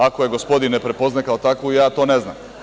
Ako je gospodin ne prepoznaje tako, ja to ne znam.